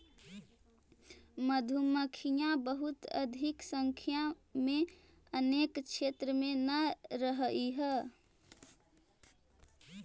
मधुमक्खियां बहुत अधिक संख्या में अपने क्षेत्र में न रहअ हई